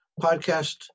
podcast